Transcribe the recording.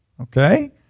Okay